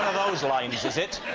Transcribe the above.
those lines, is is it?